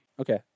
Okay